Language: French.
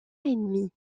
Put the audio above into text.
ennemis